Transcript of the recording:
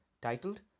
titled